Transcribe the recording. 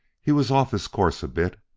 he was off his course a bit,